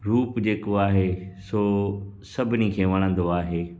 रूप जेको आहे सो सभिनी खे वणंदो आहे